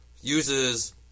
uses